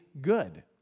good